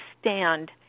stand